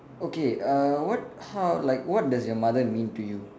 okay uh what how like what does your mother mean to you